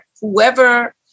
whoever